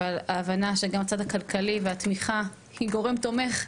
אבל ההבנה שגם הצד הכלכלי והתמיכה הוא גורם תומך.